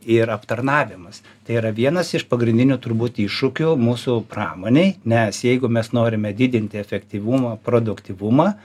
ir aptarnavimas tai yra vienas iš pagrindinių turbūt iššūkių mūsų pramonėj nes jeigu mes norime didinti efektyvumą produktyvumą